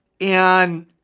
and